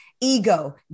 ego